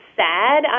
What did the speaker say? sad